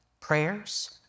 prayers